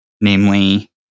namely